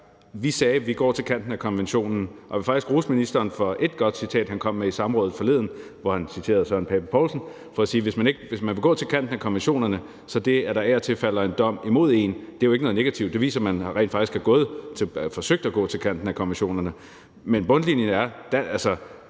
Vi sagde, at vi gik til kanten af konventionerne. Og jeg vil faktisk rose ministeren for ét godt citat, han kom med i samrådet forleden, hvor han citerede Søren Pape Poulsen for at sige, at hvis man vil gå til kanten af konventionerne, så er det, at der af og til falder en dom imod en, jo ikke noget negativt. Det viser, at man rent faktisk er gået eller har forsøgt at gå til kanten af konventionerne. Men bundlinjen er, at